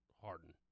Harden